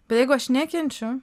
bet jeigu aš nekenčiu